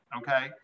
okay